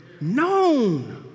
known